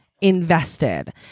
invested